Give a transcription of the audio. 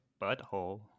butthole